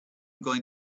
going